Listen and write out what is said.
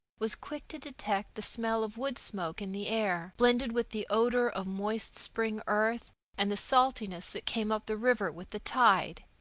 was quick to detect the smell of wood smoke in the air, blended with the odor of moist spring earth and the saltiness that came up the river with the tide.